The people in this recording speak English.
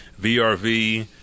VRV